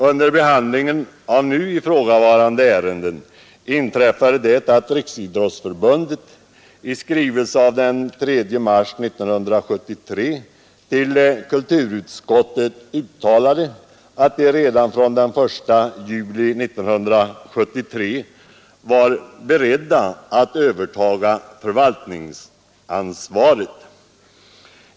Under behandlingen av nu ifrågavarande ärenden har Riksidrottsförbundet i skrivelse av den 15 mars 1973 till kulturutskottet uttalat att förbundet redan från den 1 juli 1973 är berett att övertaga förvaltningsansvaret.